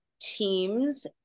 teams